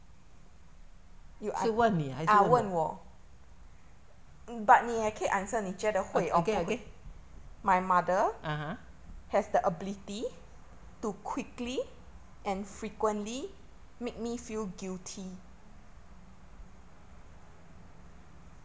是问你还是问我::shi wen ni hai shi wen wo again again (uh huh)